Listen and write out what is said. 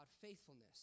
faithfulness